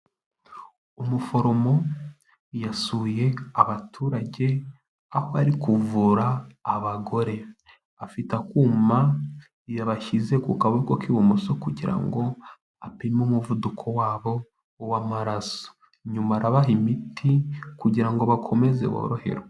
Umuforomo yasuye abaturage aho ari kuvura abagore, afite kuma yabashyize ku kaboko k'ibumoso kugira ngo apime umuvuduko wabo wamaraso, nyuma arabaha imiti kugira ngo bakomeze boroherwe.